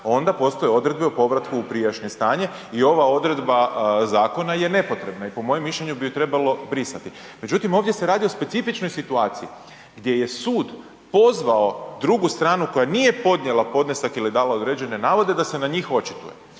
onda postoje odredbe u povratku u prijašnje stanje i ova odredba zakona je nepotrebna i po mojem mišljenju bi ju trebalo brisati. Međutim, ovdje se radi o specifičnoj situaciji gdje je sud pozvao drugu stranu koja nije podnijela podnesak ili dala određene navode da se na njih očituje.